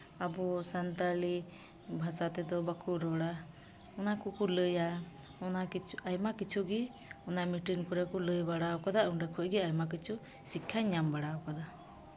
ᱟᱵᱚ ᱥᱟᱱᱛᱟᱲᱤ ᱵᱷᱟᱥᱟ ᱛᱮᱫᱚ ᱵᱟᱠᱚ ᱨᱚᱲᱟ ᱚᱱᱟ ᱠᱚᱠᱚ ᱞᱟᱹᱭᱼᱟ ᱚᱱᱟ ᱠᱤᱪᱷᱩ ᱟᱭᱢᱟ ᱠᱤᱪᱷᱩ ᱜᱮ ᱚᱱᱟ ᱢᱤᱴᱤᱱ ᱠᱚᱨᱮᱫ ᱠᱚ ᱞᱟᱹᱭ ᱵᱟᱲᱟᱣ ᱠᱟᱫᱟ ᱚᱸᱰᱮ ᱠᱷᱚᱱ ᱜᱮ ᱟᱭᱢᱟ ᱠᱤᱪᱷᱩ ᱥᱤᱠᱠᱷᱟᱧ ᱧᱟᱢ ᱵᱟᱲᱟᱣ ᱠᱟᱫᱟ